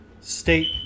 state